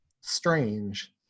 strange